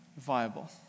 viable